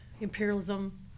imperialism